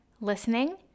listening